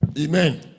Amen